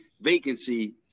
vacancy